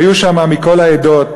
היו שם מכל העדות,